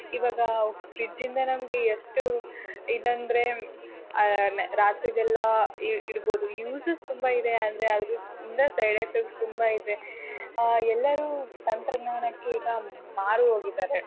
ಇವಾಗ ಫ್ರಿಜ್ಜಿಂದ ನಮಗೆ ಎಷ್ಟು ಇದಂದರೆ ರಾತ್ರಿದೆಲ್ಲ ಇಡು ಇಡ್ಬೋದು ಯೂಸಸ್ ತುಂಬ ಇದೆ ಅಂದರೆ ಅದರಿಂದ ಸೈಡ್ ಎಫೆಕ್ಟ್ಸ್ ತುಂಬ ಇದೆ ಎಲ್ಲರೂ ತಂತ್ರಜ್ಞಾನಕ್ಕೆ ಈಗ ಮಾರು ಹೋಗಿದ್ದಾರೆ